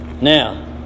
Now